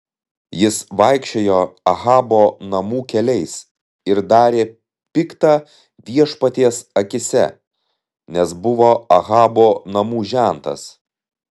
jis vaikščiojo ahabo namų keliais ir darė pikta viešpaties akyse nes buvo ahabo namų žentas